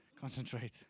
Concentrate